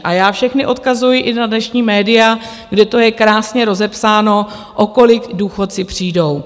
A já všechny odkazuji i na dnešní média, kde to je krásně rozepsáno, o kolik důchodci přijdou.